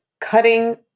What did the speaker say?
cutting